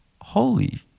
holy